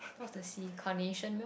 what's the C carnation milk